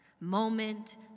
Moment